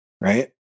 right